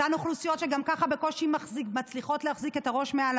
אותן אוכלוסיות שגם ככה בקושי מצליחות להחזיק את הראש מעל